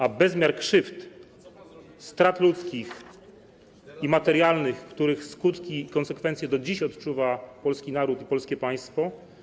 a bezmiar krzywd, strat ludzkich i materialnych, których skutki i konsekwencje do dziś odczuwa polski naród i polskie państwo.